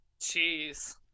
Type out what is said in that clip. Jeez